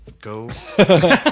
Go